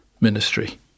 ministry